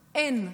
אין,